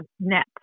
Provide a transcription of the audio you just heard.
net